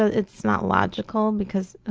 ah it's not logical, because,